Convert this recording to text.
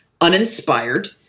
uninspired